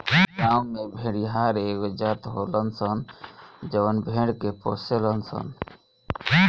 गांव में भेड़िहार एगो जात होलन सन जवन भेड़ के पोसेलन सन